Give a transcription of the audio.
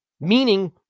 meaning